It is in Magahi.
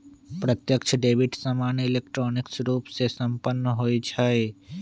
प्रत्यक्ष डेबिट सामान्य इलेक्ट्रॉनिक रूपे संपन्न होइ छइ